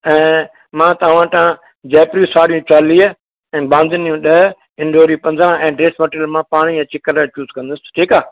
ऐं मां तव्हां वटां जयपुरी साड़ियूं चालीह ऐं बांधनियूं ॾह इंदौरी पंदरहां ऐं ड्रेस मटीरियल मां पाण ई अची कलर चूस कंदुसि ठीकु आहे